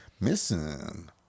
Missing